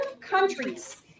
countries